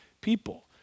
people